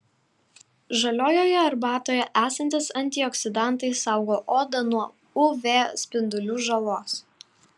žaliojoje arbatoje esantys antioksidantai saugo odą nuo uv spindulių žalos